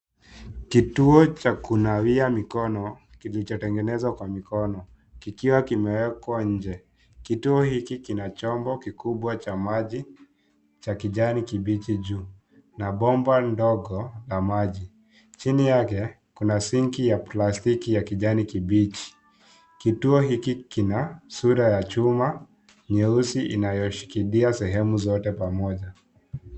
Kituo cha kunawia mikono kilicho tengenezwa kwa mikono, kikiwa kimewekwa nje, kituo hiki kina chombo kikubwa cha maji, cha kijani kibichi juu, na bomba ndogo la maji, chini yake, kuna sinki ya plastiki ya kijani kibichi, kituo hiki kina, sura ya chuma, nyeusi inayoshikilia sehemu zote pamoja.